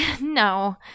No